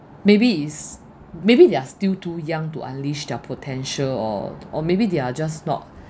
maybe it's maybe they're still too young to unleash their potential or or maybe they are just not